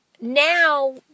Now